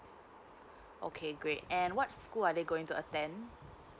okay great and what school are they going to attend